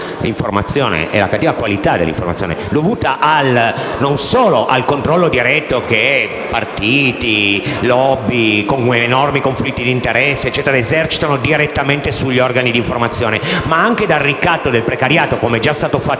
sua cattiva qualità - sono spesso dovute, in questo Paese, non solo al controllo diretto che partiti e *lobby*, con enormi conflitti di interessi, esercitano direttamente sugli organi di informazione, ma anche al ricatto del precariato, come già è stato fatto